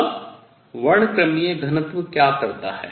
अब वर्णक्रमीय घनत्व क्या करता है